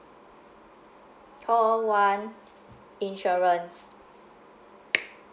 call one insurance